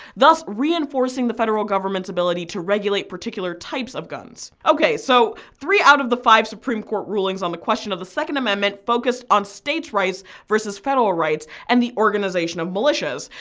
thus reinforcing the federal government's ability to regulate particular types of guns. ok so three out of the five supreme court rulings on the question of the second amendment focused on states' rights versus federal rights, and the organization of militias.